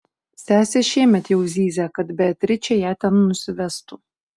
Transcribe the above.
sesė šiemet jau zyzė kad beatričė ją ten nusivestų